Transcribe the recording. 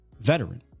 veteran